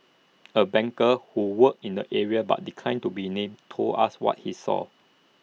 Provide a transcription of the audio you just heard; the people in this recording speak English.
A banker who works in the area but declined to be named told us what he saw